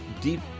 deep